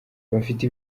bafite